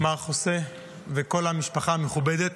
מר חוסה וכל המשפחה המכובדת,